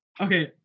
okay